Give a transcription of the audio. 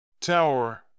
Tower